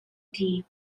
team